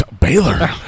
Baylor